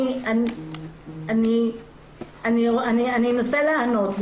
אני אנסה לענות.